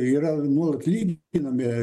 yra nuolat ly ginami